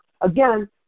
Again